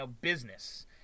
business